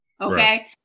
Okay